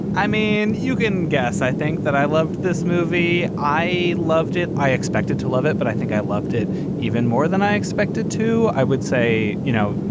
i mean, you can guess, i think that i loved this movie. i loved it. i expected to love it. but i think i loved it even more than i expected to. i would say, you know,